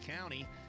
County